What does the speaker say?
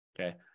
Okay